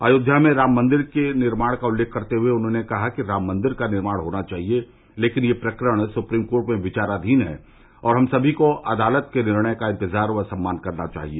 अयोध्या में राम मंदिर निर्माण का उल्लेख करते हए उन्होंने कहा कि मंदिर का निर्माण होना चाहिए लेकिन यह प्रकरण सुप्रीम कोर्ट में विचाराधीन है और समी को अदालत के निर्णय का इतजार व सम्मान करना चाहिए